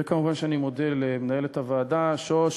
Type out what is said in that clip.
כמובן, אני מודה למנהלת הוועדה, לשוש,